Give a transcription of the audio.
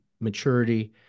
maturity